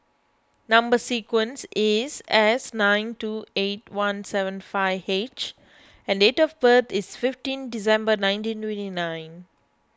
Number Sequence is S nine two eight one seven five H and date of birth is fifteen December nineteen twenty nine